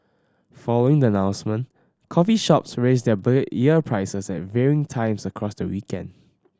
following the announcement coffee shops raised their beer year prices at varying times across the weekend